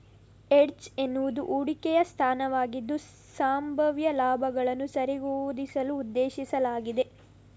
hedge ಎನ್ನುವುದು ಹೂಡಿಕೆಯ ಸ್ಥಾನವಾಗಿದ್ದು, ಸಂಭಾವ್ಯ ಲಾಭಗಳನ್ನು ಸರಿದೂಗಿಸಲು ಉದ್ದೇಶಿಸಲಾಗಿದೆ